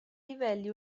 livelli